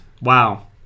Wow